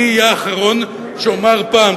אני אהיה האחרון שיאמר פעם,